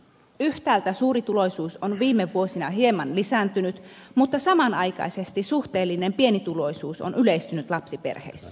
yhtäältä suurituloisuus on viime vuosina hieman lisääntynyt mutta samanaikaisesti suhteellinen pienituloisuus on yleistynyt lapsiperheissä